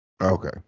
Okay